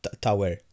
Tower